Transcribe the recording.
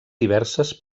diverses